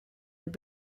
have